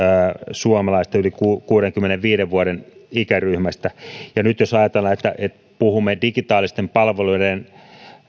suomalaista yli kuudenkymmenenviiden vuoden ikäryhmästä ja nyt jos ajatellaan että että puhumme digitaalisten palveluiden